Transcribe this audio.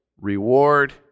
reward